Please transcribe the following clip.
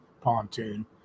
pontoon